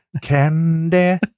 candy